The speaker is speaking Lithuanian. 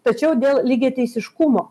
tačiau dėl lygiateisiškumo